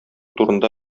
турында